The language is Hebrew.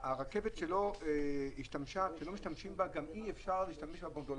הרכבת, כשלא משתמשים בה, אי אפשר להשתמש בה ---,